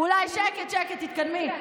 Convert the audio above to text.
שקט, שקט, תתקדמי.